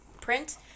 print